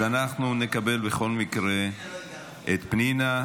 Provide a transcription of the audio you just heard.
אז אנחנו נקבל בכל מקרה את פנינה.